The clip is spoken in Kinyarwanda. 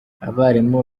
abarimu